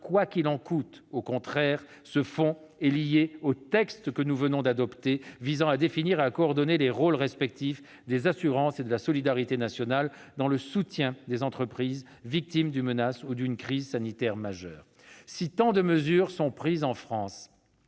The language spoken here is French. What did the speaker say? quoi qu'il en coûte ». Au contraire, ce fonds est lié au texte que nous venons d'adopter visant à définir et à coordonner les rôles respectifs des assurances et de la solidarité nationale dans le soutien des entreprises victimes d'une menace ou d'une crise sanitaire majeure. Si tant de mesures sont prises en France,